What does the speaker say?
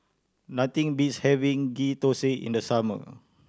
nothing beats having Ghee Thosai in the summer